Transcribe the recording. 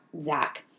Zach